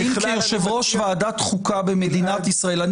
האם כיושב-ראש ועדת חוקה במדינת ישראל,